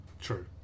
True